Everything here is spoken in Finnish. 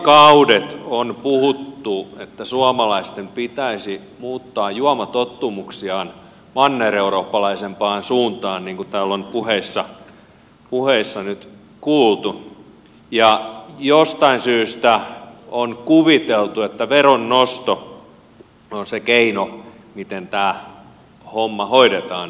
vuosikaudet on puhuttu että suomalaisten pitäisi muuttaa juomatottumuksiaan mannereurooppalaisempaan suuntaan niin kuin täällä on puheissa nyt kuultu ja jostain syystä on kuviteltu että veronnosto on se keino miten tämä homma hoidetaan